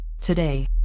today